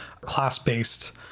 class-based